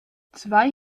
zwei